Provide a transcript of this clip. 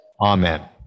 Amen